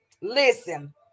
Listen